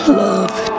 love